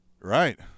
Right